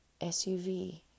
SUV